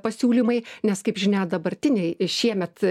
pasiūlymai nes kaip žinia dabartiniai šiemet